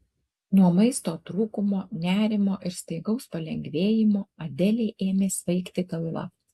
nuo maisto trūkumo nerimo ir staigaus palengvėjimo adelei ėmė svaigti galva